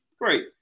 great